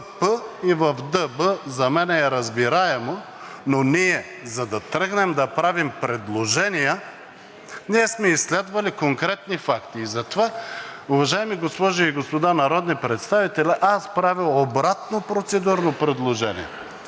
ПП и в ДБ, за мен е разбираемо, но ние, за да тръгнем да правим предложения, сме изследвали конкретни факти. Затова, уважаеми госпожи и господа народни представители, аз правя обратно процедурно предложение